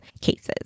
cases